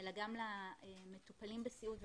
אלא גם למטופלים בסיעוד,